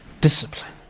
discipline